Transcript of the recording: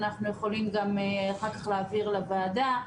אנחנו יכולים גם אחר כך להעביר לוועדה.